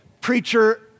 preacher